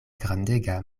grandega